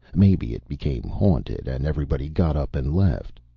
maybe it became haunted, and everybody got up and left.